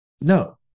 No